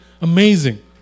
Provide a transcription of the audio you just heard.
amazing